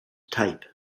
type